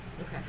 Okay